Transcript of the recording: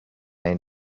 and